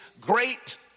great